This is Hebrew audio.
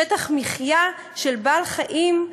שטח מחיה של בעל-חיים?